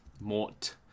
Mort